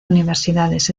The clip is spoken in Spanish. universidades